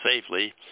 safely